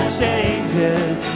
changes